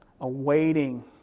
Awaiting